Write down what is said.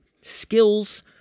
skills